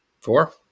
Four